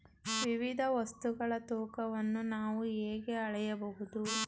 ವಿವಿಧ ವಸ್ತುಗಳ ತೂಕವನ್ನು ನಾವು ಹೇಗೆ ಅಳೆಯಬಹುದು?